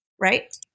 right